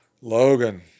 Logan